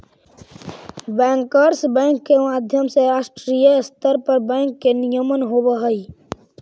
bankers bank के माध्यम से राष्ट्रीय स्तर पर बैंक के नियमन होवऽ हइ